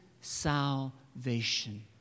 salvation